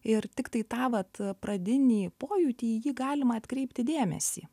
ir tiktai tą vat pradinį pojūtį į jį galima atkreipti dėmesį